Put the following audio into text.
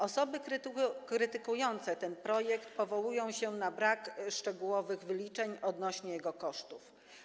Osoby krytykujące ten projekt powołują się na brak szczegółowych wyliczeń odnośnie do kosztów.